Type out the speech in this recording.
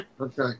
Okay